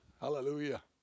hallelujah